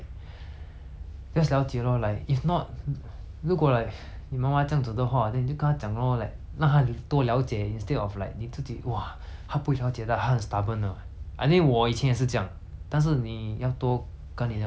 如果 like 你妈妈这样子的话 then 你就跟她讲 lor like 让她多了解 instead of like 你自己 !wah! 她不会了解的 lah 她很 stubborn 的 I think 我以前也是这样但是你要多跟你的父母亲讲话 lah like instead of like 那种